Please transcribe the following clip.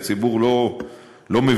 כי הציבור לא מבין,